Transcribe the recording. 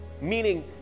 meaning